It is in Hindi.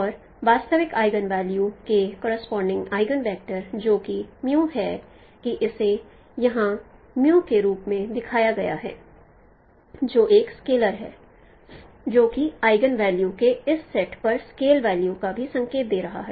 और वास्तविक आइगेन वैल्यू के कोरस्पोंडिंग आइगेन वेक्टर जो कि है कि इसे यहां के रूप में दिखाया गया है जो एक स्केलर है जो कि आइगेन वेल्यूज़ के इस सेट पर स्केल वैल्यू का भी संकेत दे रहा है